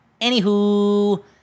anywho